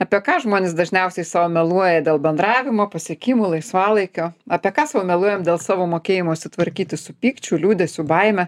apie ką žmonės dažniausiai sau meluoja dėl bendravimo pasiekimų laisvalaikio apie ką sau meluojam dėl savo mokėjimo susitvarkyti su pykčiu liūdesiu baime